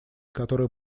которые